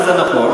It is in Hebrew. וזה נכון.